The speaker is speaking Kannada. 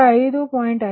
1 105